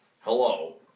Hello